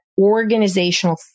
organizational